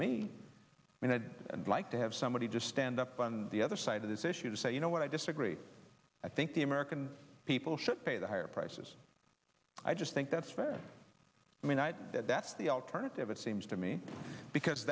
to me and i'd like to have somebody just stand up on the other side of this issue to say you know what i disagree i think the american people should pay the higher prices i just think that's fair i mean that that's the alternative it seems to me because